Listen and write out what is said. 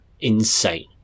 insane